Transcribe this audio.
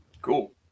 cool